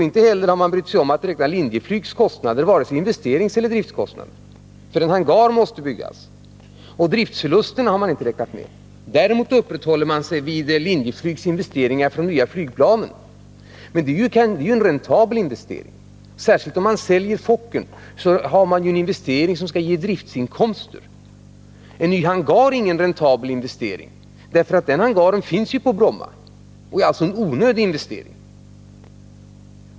Inte heller har man brytt sig om att räkna med Linjeflygs kostnader — vare sig investeringseller driftkostnader. En hangar måste byggas. Man har inte räknat med driftförlusterna. Däremot uppehåller man sig vid Linjeflygs investeringar i nya flygplan. Men det är ju en räntabel investering. Särskilt om man säljer Fokkern gör man en investering som skall ge driftinkomster. En ny hangar är däremot ingen räntabel investering — hangar finns ju på Bromma, och det är alltså en onödig investering.